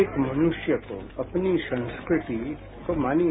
हर एक मनुष्य को अपनी संस्कृति को मानिए